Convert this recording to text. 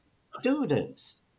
students